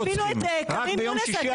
לימור סון הר מלך